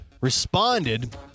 responded